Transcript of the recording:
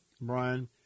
Brian